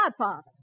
godfather